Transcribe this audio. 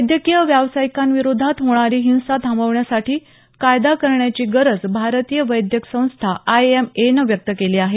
वैद्यकीय व्यावसायिकांविरोधात होणारी हिंसा थांबवण्यासाठी कायदा करण्याची गरज भारतीय वैद्यक संस्था आयएमए ने व्यक्त केली आहे